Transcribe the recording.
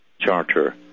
charter